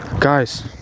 guys